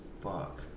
fuck